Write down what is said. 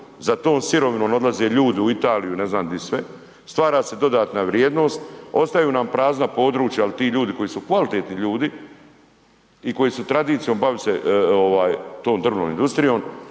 za tom sirovinom odlaze ljudi u Italiju i ne znam di sve, stvara se dodatna vrijednost, ostaju nam prazna područja jel ti ljudi koji su kvalitetni ljudi i koji se bave tom drvnom industrijom